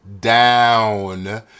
down